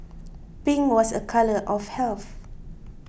pink was a colour of health